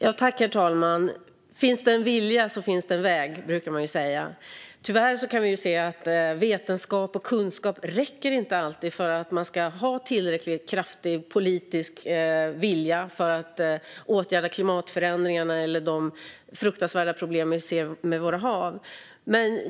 Herr talman! Finns det en vilja så finns det en väg, brukar man säga. Tyvärr kan vi se att vetenskap och kunskap inte alltid räcker för att man ska ha en tillräckligt kraftig politisk vilja för att åtgärda klimatförändringarna eller de fruktansvärda problem som vi ser med våra hav.